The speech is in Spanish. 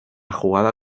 jugada